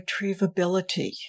retrievability